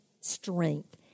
strength